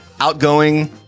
outgoing